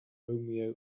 romeo